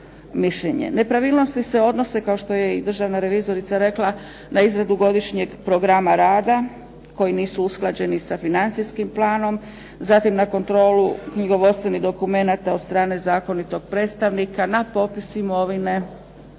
Nepravilnosti se odnose, kao što je i državna revizorica rekla, na izradu godišnjeg programa rada koji nisu usklađeni sa financijskim planom, zatim na kontrolu knjigovodstvenih dokumenata od strane zakonitog predstavnika, na popis imovine,